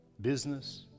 business